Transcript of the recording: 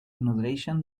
nodreixen